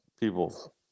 people